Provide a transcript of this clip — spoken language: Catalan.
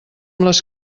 les